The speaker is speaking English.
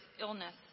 illness